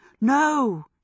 No